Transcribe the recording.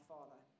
Father